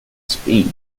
speed